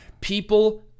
People